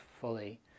Fully